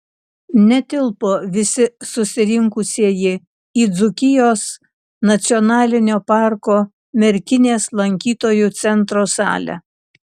netilpo visi susirinkusieji į dzūkijos nacionalinio parko merkinės lankytojų centro salę